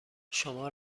شما